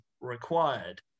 required